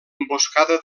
emboscada